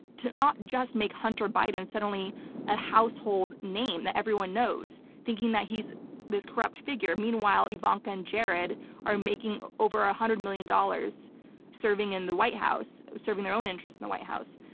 not just make hunter biden suddenly a household name that everyone knows, thinking that he's this corrupt figure. meanwhile, ivanka and jared are making over a hundred million dollars serving in the white house, serving their own interests in the white house.